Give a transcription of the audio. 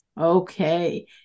Okay